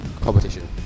competition